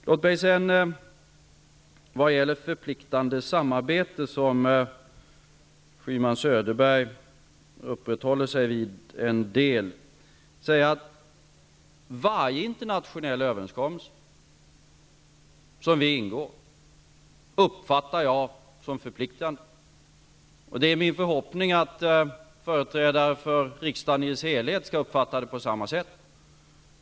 Gudrun Schyman och Sten Söderberg uppehåller sig en del vid frågan om ett förpliktande samarbete. Låt mig då säga att jag uppfattar varje internationell överenskommelse som vi ingår som förpliktande. Det är min förhoppning att företrädare för riksdagen i dess helhet skall vara av samma uppfattning.